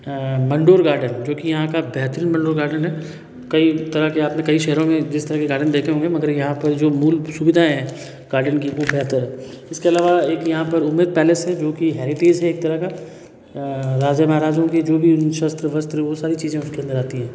Mandore garden जो कि यहाँ का बेहतरीन मंडोर गार्डन है कई तरह के आपने कई शहरों में जिस तरह के गार्डन देखे होंगे मगर यहाँ पर जो मूल सुविधाएँ है गार्डन की वो बेहतर है इसके अलावा एक यहाँ पर उम्मेद पैलेस जो की हेरिटेज़ है एक तरह का राजा महाराजाओं के जो भी शस्त्र वस्त्र वो सारी चीज़ें उसके अंदर आती हैं